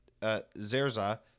Zerza